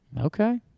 okay